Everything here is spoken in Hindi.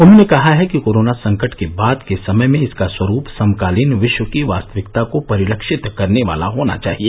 उन्होंने कहा है कि कोरोना संकट के बाद के समय में इसका स्वरूप समकालीन विश्व की वास्तविकता को परिलक्षित करने वाला होना चाहिए